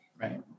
Right